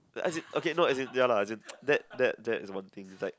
like as in okay no okay as in ya lah as in that that is one thing is like